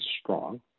strong